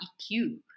EQ